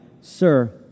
Sir